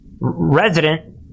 resident